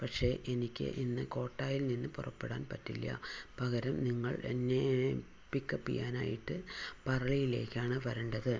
പക്ഷെ എനിക്ക് ഇന്ന് കോട്ടായിൽ നിന്ന് പുറപ്പെടാൻ പറ്റില്ല പകരം ഞങ്ങൾ എന്നെ പിക്കപ്പ് ചെയ്യാനായിട്ട് പറയിലേക്കാണ് വരേണ്ടത്